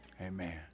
amen